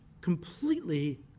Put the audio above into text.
completely